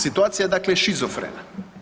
Situacija je dakle, šizofrena.